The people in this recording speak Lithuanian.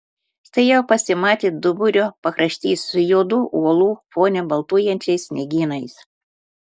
štai jau pasimatė duburio pakraštys su juodų uolų fone baltuojančiais sniegynais